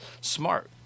smart